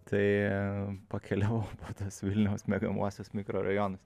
tai pakeliavau po tuos vilniaus miegamuosius mikrorajonus